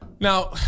Now